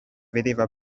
vedeva